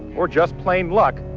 or just plain luck,